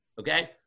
Okay